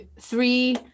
three